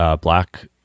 black